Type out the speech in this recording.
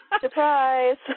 Surprise